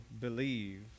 believe